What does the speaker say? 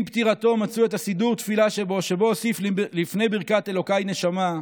עם פטירתו מצאו את סידור התפילה שבו הוסיף לפני ברכת "אלוקיי נשמה"